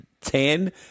ten